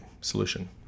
solution